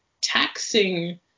taxing